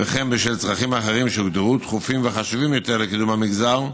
וכן בשל צרכים אחרים שהוגדרו דחופים וחשובים יותר לקידום המגזר,